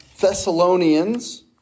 Thessalonians